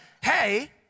hey